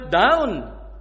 down